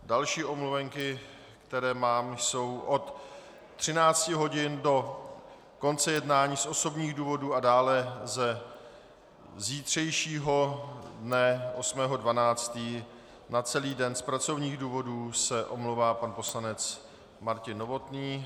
Další omluvenky, které mám, jsou od 13 hodin do konce jednání z osobních důvodů a dále ze zítřejšího dne 8. 12. na celý den z pracovních důvodů se omlouvá pan poslanec Martin Novotný.